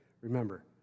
remember